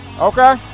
Okay